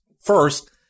First